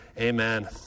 Amen